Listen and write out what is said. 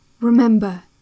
Remember